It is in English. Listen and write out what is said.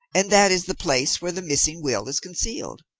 and that is the place where the missing will is concealed.